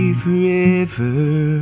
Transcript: forever